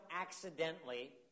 accidentally